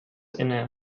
inne